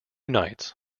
nights